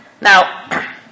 Now